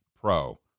pro